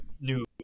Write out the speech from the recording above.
new